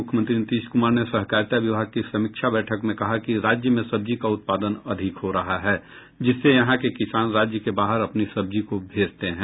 मुख्यमंत्री नीतीश कुमार ने सहकारिता विभाग की समीक्षा बैठक में कहा कि राज्य में सब्जी का उत्पादन अधिक हो रहा जिससे यहां के किसान राज्य के बाहर अपनी सब्जी को भेजते हैं